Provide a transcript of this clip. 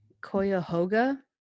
Cuyahoga